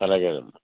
అలాగేనమ్మా